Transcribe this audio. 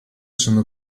sono